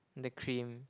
the cream